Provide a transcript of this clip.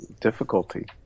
difficulty